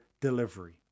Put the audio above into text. delivery